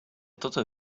tote